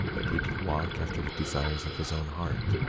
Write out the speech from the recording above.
but he did walk after the desires of his own heart.